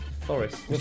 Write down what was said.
Forest